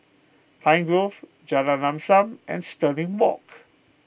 Pine Grove Jalan Lam Sam and Stirling Walk